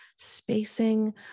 spacing